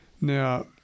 Now